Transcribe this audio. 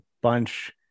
bunch